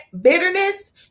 bitterness